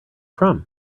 from